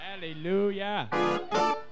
Hallelujah